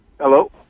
Hello